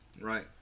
Right